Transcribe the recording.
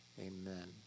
amen